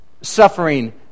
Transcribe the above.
suffering